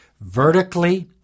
vertically